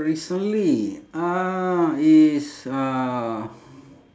recently uh it's uh